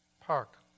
park